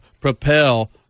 propel